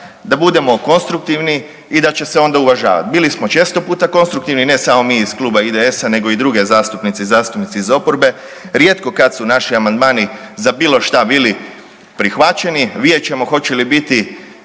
da budemo konstruktivni i da će se onda uvažavati. Bili smo često puta konstruktivni, ne samo mi iz Kluba IDS-a, nego i druge zastupnice i zastupnici iz oporbe, rijetko kad su naši amandmani za bilo šta bili prihvaćeni. Vidjet ćemo hoće li biti